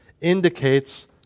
indicates